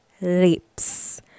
lips